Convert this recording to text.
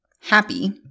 happy